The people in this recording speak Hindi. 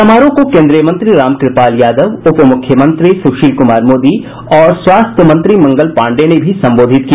समारोह को केंद्रीय मंत्री रामकृपाल यादव उप मुख्यमंत्री सुशील कुमार मोदी और स्वास्थ्य मंत्री मंगल पाण्डेय ने भी संबोधित किया